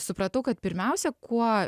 supratau kad pirmiausia kuo